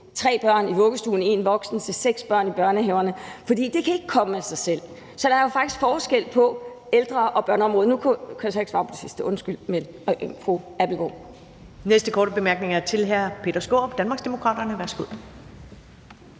tre børn i vuggestuen og én voksen til seks børn i børnehaven. For det kan ikke komme af sig selv. Så der er jo faktisk forskel på ældre- og børneområdet. Nu kan jeg så ikke nå at svare på det sidste, undskyld, fru Mette Abildgaard.